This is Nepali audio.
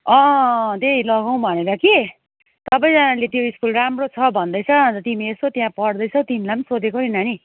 अँ त्यही लगाउँ भनेर कि सबैजनाले त्यो स्कुल राम्रो छ भन्दैछ तिमी यसो त्यहाँ पढ्दैछौ तिमीलाई पनि सोधेको नि नानी